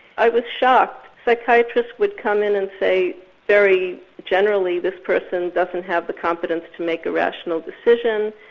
i was shocked, psychiatrists would come in and say very generally this person doesn't have the competence to make a rational decision.